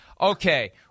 okay